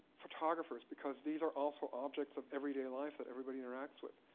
photographers, because these are also objects of everyday life that everybody interacts with.